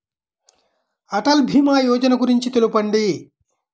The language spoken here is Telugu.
అటల్ భీమా యోజన గురించి తెలుపండి?